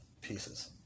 pieces